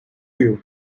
you